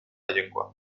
llengua